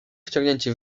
wciągnięci